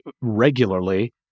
regularly